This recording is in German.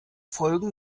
folgen